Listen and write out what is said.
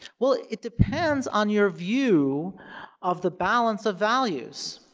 well, it depends on your view of the balance of values.